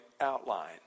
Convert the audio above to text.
outline